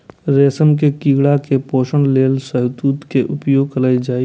रेशम के कीड़ा के पोषण लेल शहतूत के उपयोग कैल जाइ छै